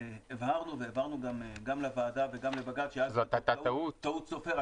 הבהרנו גם לוועדה וגם לבג"צ שזו הייתה טעות סופר,